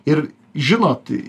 ir žinot